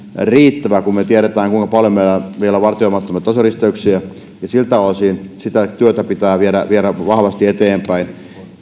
riittävä kun me tiedämme kuinka paljon meillä on vielä vartioimattomia tasoristeyksiä ja siltä osin sitä työtä pitää viedä viedä vahvasti eteenpäin